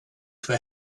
for